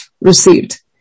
received